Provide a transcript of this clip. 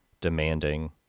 demanding